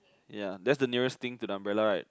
ya that's the nearest thing to the umbrella right